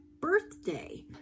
birthday